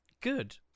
Good